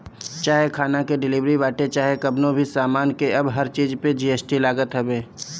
चाहे खाना के डिलीवरी बाटे चाहे कवनो भी सामान के अब हर चीज पे जी.एस.टी लागत हवे